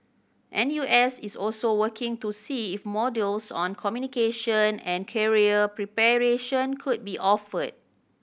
N U S is also working to see if modules on communication and career preparation could be offered